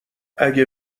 اگه